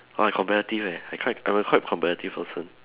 oh I competitive leh I quite I'm a quite competitive person